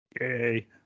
Yay